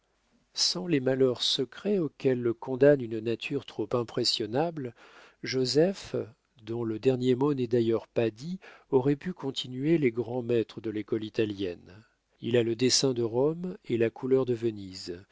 sans les malheurs secrets auxquels le condamne une nature trop impressionnable joseph dont le dernier mot n'est d'ailleurs pas dit aurait pu continuer les grands maîtres de l'école italienne il a le dessin de rome et la couleur de venise